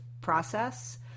process